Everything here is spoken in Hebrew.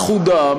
אחודה,